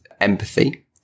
empathy